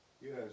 Yes